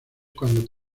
cuando